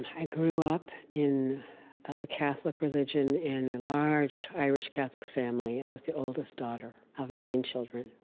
i grew up in the catholic religion in a large irish catholic family. i was the oldest daughter of nine children.